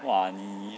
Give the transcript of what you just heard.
!wah! 你